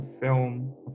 film